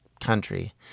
country